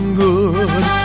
good